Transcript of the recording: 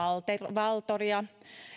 valtoria